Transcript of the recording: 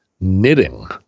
knitting